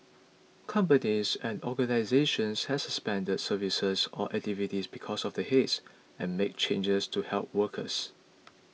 companies and organisations has suspended services or activities because of the haze and made changes to help workers